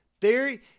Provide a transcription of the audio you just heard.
Theory